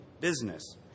business